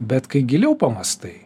bet kai giliau pamąstai